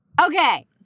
okay